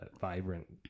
vibrant